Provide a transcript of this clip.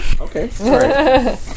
Okay